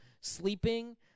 sleeping